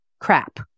crap